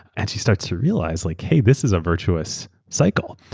and she starts to realize like hey this is a virtuous cycle.